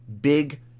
big